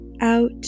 out